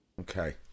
Okay